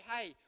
hey